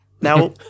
Now